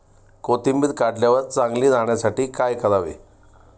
कोथिंबीर काढल्यावर चांगली राहण्यासाठी काय करावे?